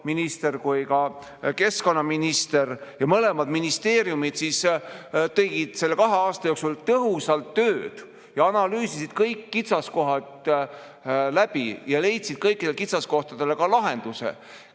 maaeluminister kui ka keskkonnaminister ja mõlemad ministeeriumid tegid selle kahe aasta jooksul tõhusalt tööd, analüüsisid kõik kitsaskohad läbi ja leidsid kõikidele kitsaskohtadele lahenduse,